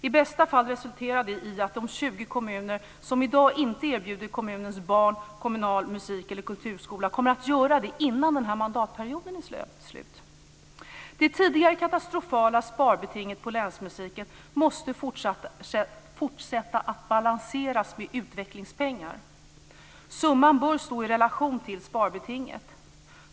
I bästa fall resulterar det i att de 20 kommuner som i dag inte erbjuder kommunens barn kommunal musik eller kulturskola kommer att göra det innan den här mandatperioden är slut. Det tidigare katastrofala sparbetinget på länsmusiken måste fortsätta att balanseras med utvecklingspengar. Summan bör stå i relation till sparbetinget.